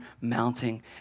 mounting